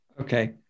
okay